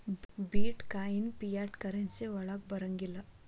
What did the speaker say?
ಬಿಟ್ coin fiat currency ವಳಗ್ ಬರಂಗಿಲ್ಲಾ